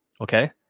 Okay